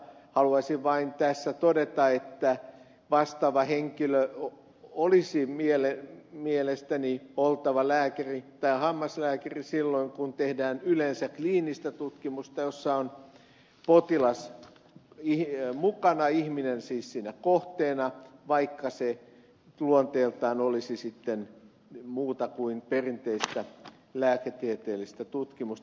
haluaisin vain tässä todeta että vastaavan henkilön olisi mielestäni oltava lääkäri tai hammaslääkäri silloin kun tehdään yleensä kliinistä tutkimusta jossa on potilas mukana ihminen siis siinä kohteena vaikka se luonteeltaan olisi sitten muuta kuin perinteistä lääketieteellistä tutkimusta